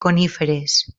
coníferes